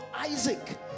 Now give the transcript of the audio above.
isaac